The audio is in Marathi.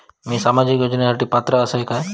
मी सामाजिक योजनांसाठी पात्र असय काय?